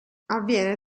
avviene